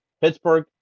Pittsburgh